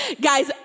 guys